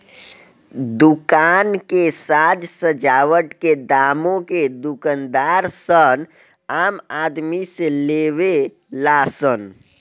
दुकान के साज सजावट के दामो के दूकानदार सन आम आदमी से लेवे ला सन